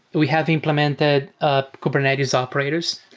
we have implemented ah kubernetes operators.